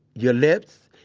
your lips,